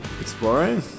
exploring